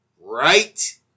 Right